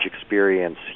experience